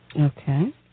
Okay